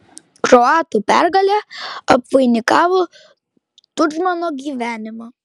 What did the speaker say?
kroatų pergalė apvainikavo tudžmano gyvenimą